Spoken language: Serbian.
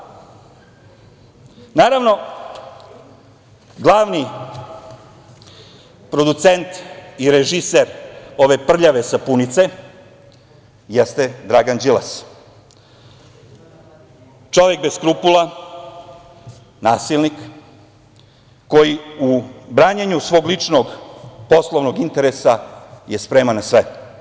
Naravno, glavni producent i režiser ove prljave sapunice jeste Dragan Đilas, čovek bez skrupula, nasilnik koji u branjenju svog ličnog poslovnog interesaje spreman na sve.